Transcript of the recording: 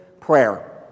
prayer